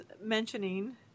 mentioning